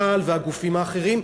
צה"ל והגופים האחרים,